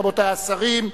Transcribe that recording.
רבותי השרים,